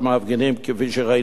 כפי שראינו בתמונות.